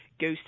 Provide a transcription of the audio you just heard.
goes